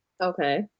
Okay